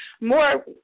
more